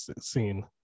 scene